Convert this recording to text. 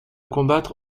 combattre